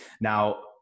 Now